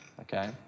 Okay